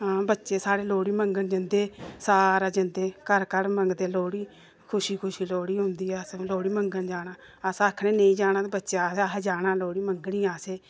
आं बच्चे साढ़े लोह्ड़ी मंग्गन जंदे सारे जंदे घर घर मंगदे लोह्ड़ी खुशी खुशी लोह्ड़ी होंदी ऐ असें बी लोह्ड़ी मंग्गन जाना अस आखने नेईं जाना ते बच्चे आखदे असें जाना लोह्ड़ी मंगनी असें